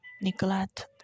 neglect